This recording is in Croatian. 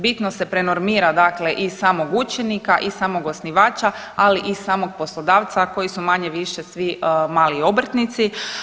Bitno se prenormira dakle i samog učenika i samog osnivača, ali i samog poslodavca koji su manje-više svi mali obrtnici.